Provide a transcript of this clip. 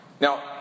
Now